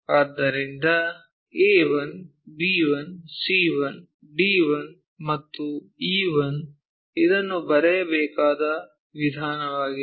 ಆದ್ದರಿಂದ a 1 b 1 c 1 d 1 ಮತ್ತು e 1 ಇದನ್ನು ಬರೆಯಬೇಕಾದ ವಿಧಾನವಾಗಿದೆ